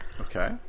Okay